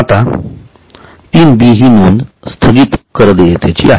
आता 3 बी हि नोंद स्थगित कर देयतेची आहे